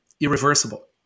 irreversible